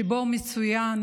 שבה מצוין